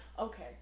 okay